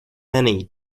many